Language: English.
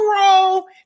roll